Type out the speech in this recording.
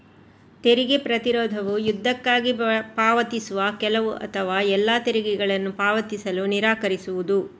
ತೆರಿಗೆ ಪ್ರತಿರೋಧವು ಯುದ್ಧಕ್ಕಾಗಿ ಪಾವತಿಸುವ ಕೆಲವು ಅಥವಾ ಎಲ್ಲಾ ತೆರಿಗೆಗಳನ್ನು ಪಾವತಿಸಲು ನಿರಾಕರಿಸುವುದು